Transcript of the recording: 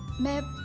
ma'am.